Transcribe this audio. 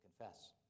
confess